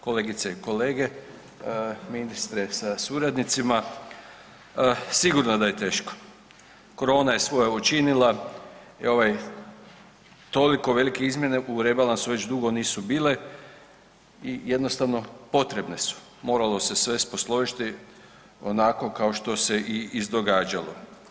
Kolegice i kolege, ministre sa suradnicima, sigurno da je teško, korona je svoje učinila i ovaj toliko velike izmjene u rebalansu već dugo nisu bile i jednostavno potrebne su moralo se sve posložiti onako kao što se i izdogađalo.